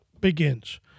begins